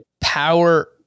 power